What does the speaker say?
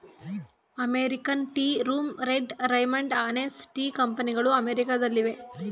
American Tea Room, Red Raymond, Hanes Tea ಕಂಪನಿಗಳು ಅಮೆರಿಕದಲ್ಲಿವೆ